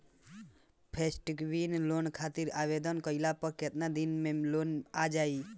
Festival loan खातिर आवेदन कईला पर केतना दिन मे लोन आ जाई?